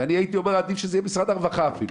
ואני הייתי אומר עדיף שזה יהיה ממשרד הרווחה אפילו,